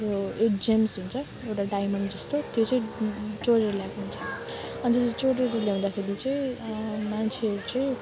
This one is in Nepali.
त्यो एट जेम्स हुन्छ एउटा डायमन्ड जस्तो त्यो चाहिँ चोरेर ल्याएको हुन्छ अन्त चाहिँ चोरेर ल्याउँदाखेरि चाहिँ मान्छेहरू चाहिँ